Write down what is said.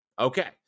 Okay